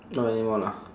not anymore lah